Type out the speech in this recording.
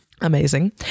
Amazing